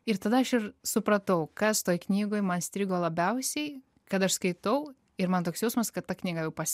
ir tada aš ir supratau kas toj knygoj man strigo labiausiai kad aš skaitau ir man toks jausmas kad ta knyga jau pas